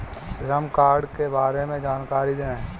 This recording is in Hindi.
श्रम कार्ड के बारे में जानकारी दें?